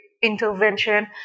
Intervention